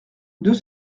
deux